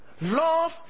Love